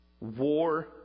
War